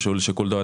חבל על הזמן.